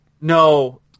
No